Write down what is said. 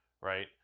right